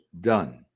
done